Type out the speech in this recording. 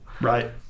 Right